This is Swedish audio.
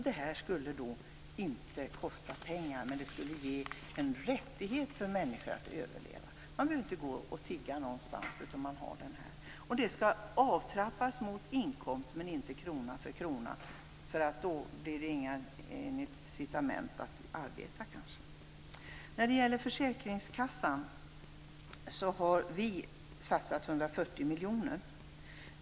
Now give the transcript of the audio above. Det här skulle inte kosta mycket, men det skulle ge en rättighet för människor att överleva, de behöver inte gå och tigga någonstans. Det skall avtrappas mot inkomst men inte krona för krona, för då kanske det inte finns några incitament att arbeta. När det gäller försäkringskassan vill vi satsa 140 miljoner.